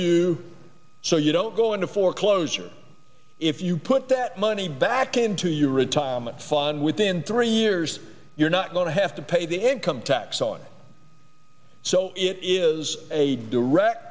you so you don't go into foreclosure if you put the money back into your retirement fund within three years you're not going to have to pay the income tax on it so it is a direct